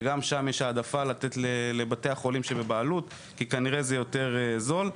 שגם שם יש העדפה לתת לבעלי החולים שבבעלות כי כנראה זה יותר זול.